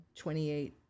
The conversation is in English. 28